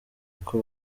uko